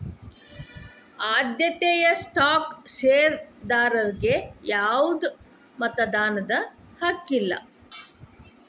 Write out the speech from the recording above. ಆದ್ಯತೆಯ ಸ್ಟಾಕ್ ಷೇರದಾರರಿಗಿ ಯಾವ್ದು ಮತದಾನದ ಹಕ್ಕಿಲ್ಲ